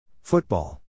Football